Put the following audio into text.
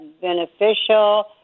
beneficial